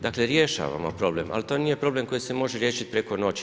Dakle rješavamo problem, ali to nije problem koji se može riješiti preko noći.